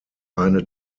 eine